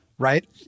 Right